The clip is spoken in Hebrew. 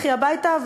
לכי הביתה,